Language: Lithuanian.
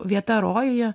vieta rojuje